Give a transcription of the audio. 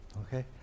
okay